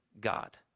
God